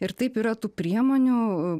ir taip yra tų priemonių